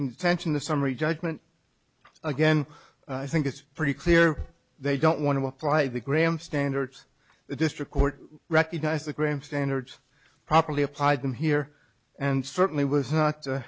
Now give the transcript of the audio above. intention the summary judgment again i think it's pretty clear they don't want to apply the graham standards the district court recognized the graham standards properly applied them here and certainly was not